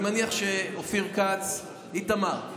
אני מניח שאופיר כץ, איתמר,